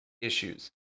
issues